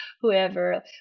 whoever